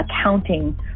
accounting